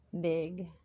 big